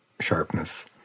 sharpness